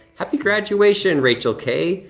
happy graduation rachel k.